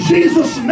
Jesus